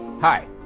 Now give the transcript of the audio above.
Hi